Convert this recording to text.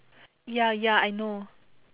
ya ya I know